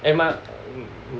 and m~